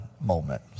moment